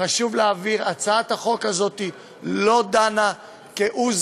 חשוב להבהיר: הצעת החוק הזאת לא דנה כהוא